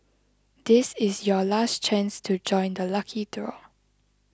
this is your last chance to join the lucky draw